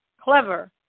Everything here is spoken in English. clever